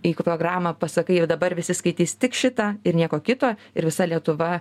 jeigu programą pasakai va dabar visi skaitys tik šitą ir nieko kito ir visa lietuva